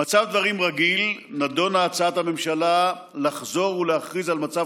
במצב דברים רגיל נדונה הצעת הממשלה לחזור ולהכריז על מצב